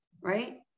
right